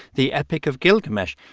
the epic of gilgamesh,